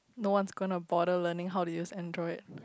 no one is gonna bother learning how to use Android